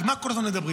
כי מה כל הזמן מדברים?